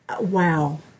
Wow